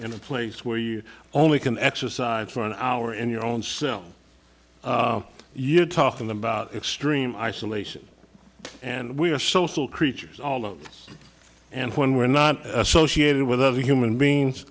in a place where you only can exercise for an hour in your own cell you're talking about extreme isolation and we are social creatures all over and when we're not associated with other human beings